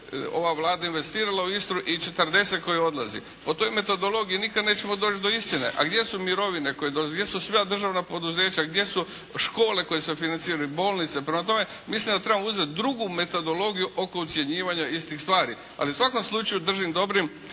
ova Vlada je investirala u Istru i 40 koje odlazi. O toj metodologiji nikad nećemo doći do istine. A gdje su mirovine koje, gdje su sva državna poduzeća, gdje su škole koje se financiraju, bolnice? Prema tome mislim da trebamo uzeti drugu metodologiju oko ocjenjivanja istih stvari. Ali u svakom slučaju držim dobrim